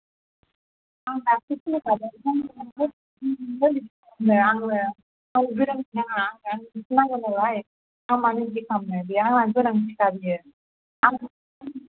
आं मानो बिदि खालामनो आंहा गोनां जिखा बियो